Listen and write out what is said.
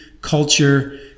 culture